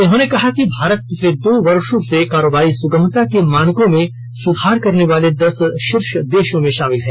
उन्होंने कहा कि भारत पिछले दो वर्षों से कारोबारी सुगमता के मानकों में सुधार करने वाले दस शीर्ष देशों में शामिल है